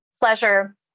pleasure